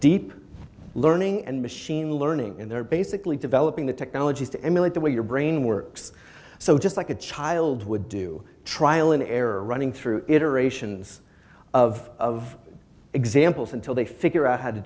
deep learning and machine learning and they're basically developing the technologies to emulate the way your brain works so just like a child would do trial and error running through interation of examples until they figure out how to